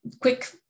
quick